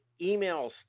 emails